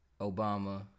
Obama